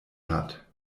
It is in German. hat